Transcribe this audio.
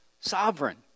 Sovereign